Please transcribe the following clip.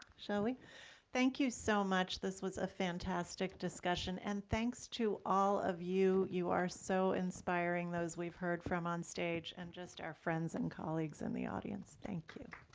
so thank you so much, this was a fantastic discussion. and thanks to all of you, you are so inspiring. those we've heard from on stage and just our friends and colleagues in the audience, thank you.